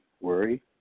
worry